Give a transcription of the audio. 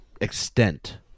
extent